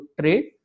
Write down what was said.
trade